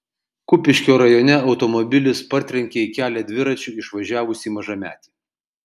kupiškio rajone automobilis partrenkė į kelią dviračiu išvažiavusį mažametį